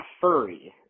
furry